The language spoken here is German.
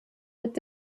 mit